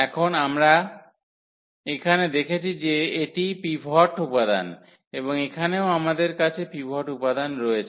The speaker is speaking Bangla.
এখন আমরা এখানে দেখেছি যে এটি পিভট উপাদান এবং এখানেও আমাদের কাছে পিভট উপাদান রয়েছে